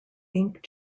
ink